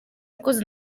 yakoze